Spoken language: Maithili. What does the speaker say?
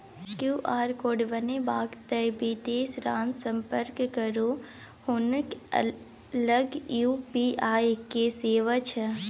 क्यू.आर कोड बनेबाक यै तए बिदेसरासँ संपर्क करू हुनके लग यू.पी.आई के सेवा छै